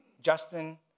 Justin